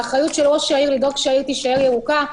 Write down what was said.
האחריות של ראש העיר לדאוג שהעיר תישאר ירוקה,